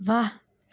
વાહ